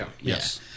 Yes